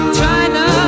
China